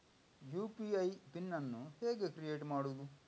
UPI PIN ಅನ್ನು ಹೇಗೆ create ಮಾಡುದು?